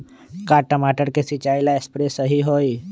का टमाटर के सिचाई ला सप्रे सही होई?